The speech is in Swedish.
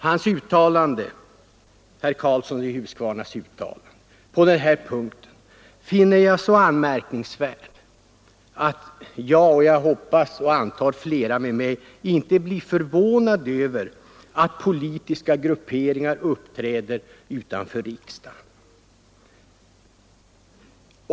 Herr Karlssons i Huskvarna uttalande på den här punkten finner jag så anmärkningsvärt att jag och jag antar flera med mig inte blir förvånade över att politiska grupperingar uppträder utanför riksdagen.